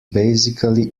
basically